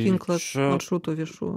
tinklas maršrutų viešųjų